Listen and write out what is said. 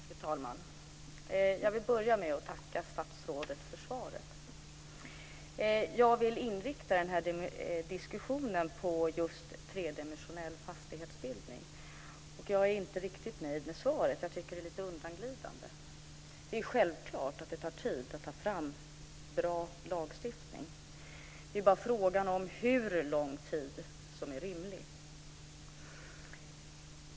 Fru talman! Jag vill börja med att tacka statsrådet för svaret. Jag vill inrikta den här diskussionen på just tredimensionell fastighetsbildning. Jag är inte riktigt nöjd med svaret. Jag tycker att det är lite undanglidande. Det är självklart att det tar tid att ta fram bra lagstiftning. Frågan är bara hur lång tid som är rimlig.